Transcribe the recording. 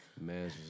Man